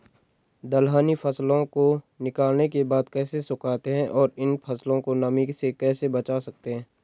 दलहनी फसलों को निकालने के बाद कैसे सुखाते हैं और इन फसलों को नमी से कैसे बचा सकते हैं?